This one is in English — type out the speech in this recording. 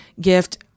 gift